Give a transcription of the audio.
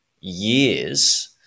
years